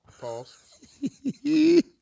Pause